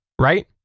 right